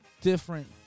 different